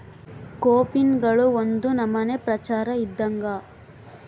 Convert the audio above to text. ಕೋಪಿನ್ಗಳು ಒಂದು ನಮನೆ ಪ್ರಚಾರ ಇದ್ದಂಗ